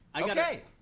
Okay